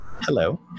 hello